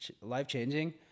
Life-changing